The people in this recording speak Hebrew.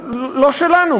לא שלנו.